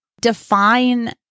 define